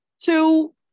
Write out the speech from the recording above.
Two